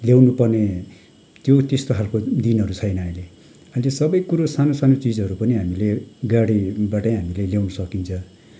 ल्याउनु पर्ने त्यो त्यस्तो खालको दिनहरू छैन अहिले अहिले सबै कुरो सानो सानो चिजहरू पनि हामीले गाडीबाटै हामीले ल्याउन सकिन्छ